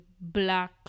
black